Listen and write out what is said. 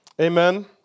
Amen